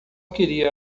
queria